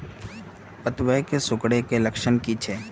पतबन के सिकुड़ ऐ का लक्षण कीछै?